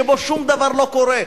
שבו שום דבר לא קורה,